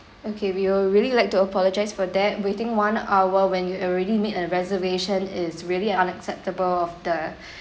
okay we would really like to apologise for that waiting one hour when you already made a reservation is really unacceptable of the